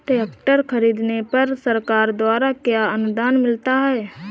Tractor खरीदने पर सरकार द्वारा क्या अनुदान मिलता है?